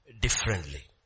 differently